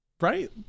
right